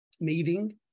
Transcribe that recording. meeting